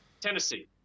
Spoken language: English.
Tennessee